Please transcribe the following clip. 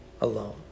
alone